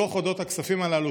דוח על אודות הכספים הללו,